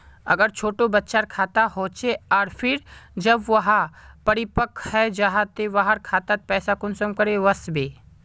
अगर छोटो बच्चार खाता होचे आर फिर जब वहाँ परिपक है जहा ते वहार खातात पैसा कुंसम करे वस्बे?